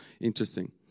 interesting